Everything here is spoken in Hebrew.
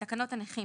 בתקנות הנכים,